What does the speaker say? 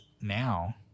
now